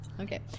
Okay